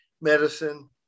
medicine